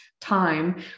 time